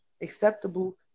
acceptable